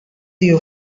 you